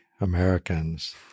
Americans